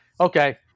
okay